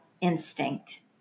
instinct